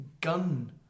Gun